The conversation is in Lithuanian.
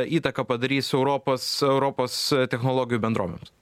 įtaką padarys europos europos technologijų bendrovėms